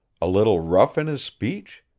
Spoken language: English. a little rough in his speech?